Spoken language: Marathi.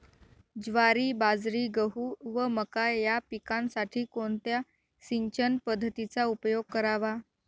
ज्वारी, बाजरी, गहू व मका या पिकांसाठी कोणत्या सिंचन पद्धतीचा उपयोग करावा?